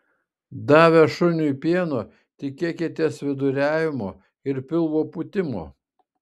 davę šuniui pieno tikėkitės viduriavimo ir pilvo pūtimo